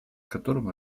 которым